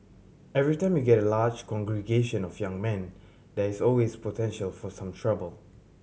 every time you get a large congregation of young men there is always potential for some trouble